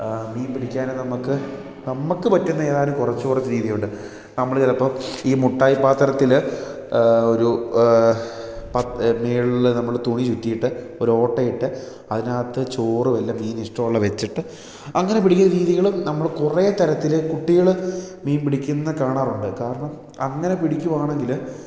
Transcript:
മീൻ പിടിക്കാൻ നമുക്ക് നമുക്ക് പറ്റുന്നേതാനും കുറച്ച് കുറച്ച് രീതിയുണ്ട് നമ്മൾ ചിലപ്പം ഈ മുട്ടായി പാത്രത്തിൽ ഒരു പത്ത് മേളിൽ നമ്മൾ തുണി ചുറ്റിയിട്ട് ഒരു ഓട്ടയിട്ട് അതിനകത്ത് ചോറും എല്ലാം മീനിന് ഇഷ്ടമുള്ള വെച്ചിട്ട് അങ്ങനെ പിടിക്കുന്ന രീതികളും നമ്മൾ കുറെ തരത്തിൽ കുട്ടികൾ മീൻ പിടിക്കുന്ന കാണാറുണ്ട് കാരണം അങ്ങനെ പിടിക്കുവാണെങ്കിൽ